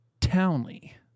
Townley